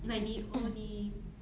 like 你 oh 你